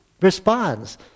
responds